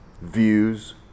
views